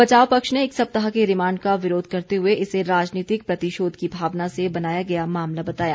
बचाव पक्ष ने एक सप्ताह के रिमांड का विरोध करते हुए इसे राजनीतिक प्रतिशोध की भावना से बनाया गया मामला बताया